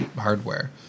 hardware